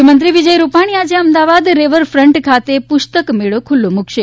મુખ્યમંત્રી વિજય રૂપાણી આજે અમદાવાદ રીવરફન્ટ ખાતે પુસ્તક મેળો ખૂલ્યો મૂકશે